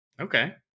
Okay